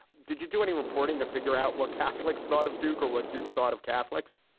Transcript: did you do any reporting to figure out what catholics thought of duke or what duke thought of catholics?